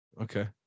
okay